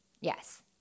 Yes